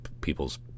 people's